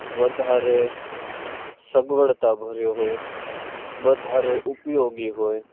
વધારે સગવડતાભર્યો હોય વધારે ઉપયોગી હોય